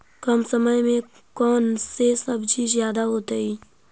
कम समय में कौन से सब्जी ज्यादा होतेई?